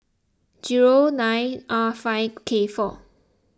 nine R five K four